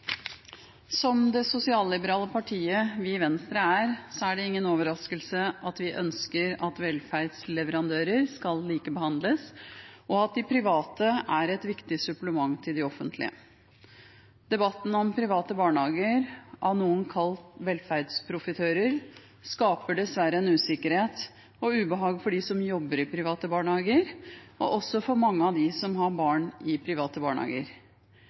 Som det sosialliberale partiet vi i Venstre er, er det ingen overraskelse at vi ønsker at velferdsleverandører skal likebehandles, og at de private er et viktig supplement til de offentlige. Debatten om private barnehager, av noen kalt «velferdsprofitører», skaper dessverre en usikkerhet og ubehag for dem som jobber i private barnehager, og også for mange av dem som har barn i private barnehager.